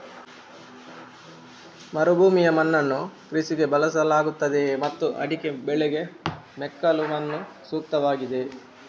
ಮರುಭೂಮಿಯ ಮಣ್ಣನ್ನು ಕೃಷಿಗೆ ಬಳಸಲಾಗುತ್ತದೆಯೇ ಮತ್ತು ಅಡಿಕೆ ಬೆಳೆಗೆ ಮೆಕ್ಕಲು ಮಣ್ಣು ಸೂಕ್ತವಾಗಿದೆಯೇ?